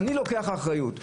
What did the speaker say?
אני לוקח אחריות,